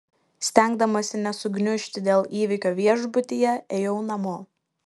stengdamasi nesugniužti dėl įvykio viešbutyje ėjau namo